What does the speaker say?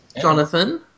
Jonathan